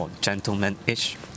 gentleman-ish